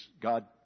God